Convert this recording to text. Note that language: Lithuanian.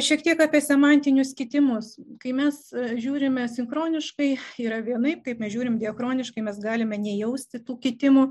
šiek tiek apie semantinius kitimus kai mes žiūrime sinchroniškai yra vienaip kai mes žiūrim diachroniškai mes galime nejausti tų kitimų